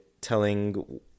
telling